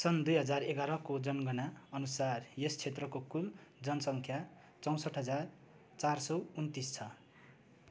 सन् दुई हजार एघारको जनगणना अनुसार यस क्षेत्रको कुल जनसङ्ख्या चौसट्ठी हजार चार सौ उनन्तिस छ